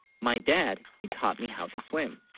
my, dad he taught me how to swim